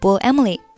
Emily